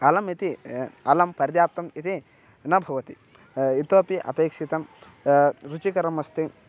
अलमिति अलं पर्याप्तम् इति न भवति इतोऽपि अपेक्षितं रुचिकरम् अस्ति